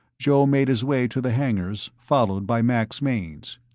joe made his way to the hangars, followed by max mainz.